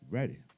Ready